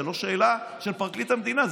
זו לא שאלה לפרקליט המדינה,